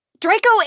Draco